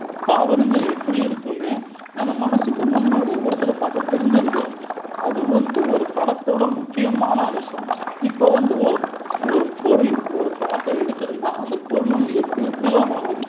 பாவங்கள் எப்படி இருக்குன்னு நம்ம மனசுக்கு முன்னாடி ஒருத்தரை பார்த்தா தெரிஞ்சிடுது அதுவும் வந்து ஒரு படத்தோடய முக்கியமான அம்சம் இப்போ வந்து ஒரு ஒரு பொருள் ஒரு படத்தை எடுக்குதுன்னால் அந்த பொருள் நம்ம எப்படி எப்படில்லாம் வாங்கணும்